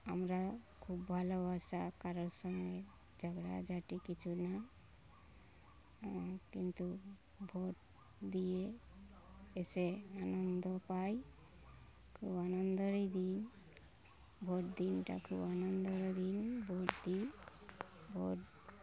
আমরা খুব ভালোবাসা কারোর সঙ্গে ঝগড়াঝাটি কিছু না কিন্তু ভোট দিয়ে এসে আনন্দ পাই খুব আনন্দরই দিন ভোট দিনটা খুব আনন্দরই দিন ভোট দিই ভোট